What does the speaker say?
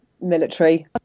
military